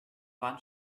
wand